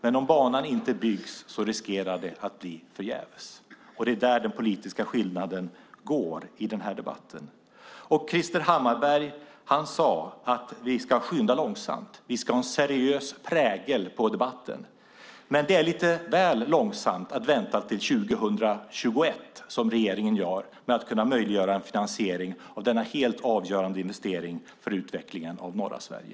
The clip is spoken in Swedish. Men om banan inte byggs riskerar det att bli förgäves, och det är där den politiska skillnaden går i den här debatten. Krister Hammarbergh sade att vi ska skynda långsamt och att vi ska ha en seriös prägel på debatten. Men det är lite väl långsamt att vänta till 2021 som regeringen gör med att möjliggöra en finansiering av denna helt avgörande investering för utvecklingen av norra Sverige.